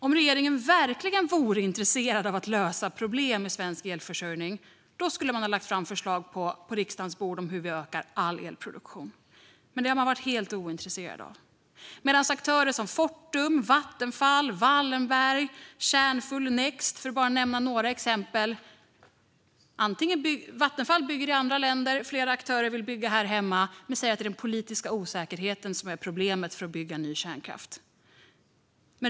Om regeringen verkligen vore intresserad av att lösa problem i svensk elförsörjning skulle man ha lagt fram förslag på riksdagens bord om hur vi ökar all elproduktion. Men det har man varit helt ointresserad av, medan aktörer som Fortum, Vattenfall, Wallenberg och Kärnfull Next, för att bara nämna några exempel, bygger. Vattenfall bygger i andra länder, och flera aktörer vill bygga här hemma. Men de säger att det är den politiska osäkerheten som är problemet för att bygga ny kärnkraft.